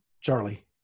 Charlie